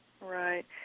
Right